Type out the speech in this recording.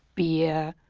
beer,